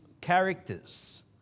characters